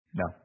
no